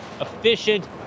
efficient